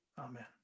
Amen